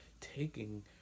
taking